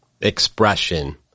expression